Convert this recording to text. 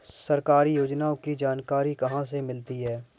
सरकारी योजनाओं की जानकारी कहाँ से मिलती है?